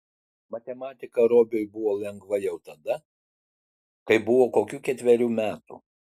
matematika robiui buvo lengva jau tada kai buvo kokių ketverių metų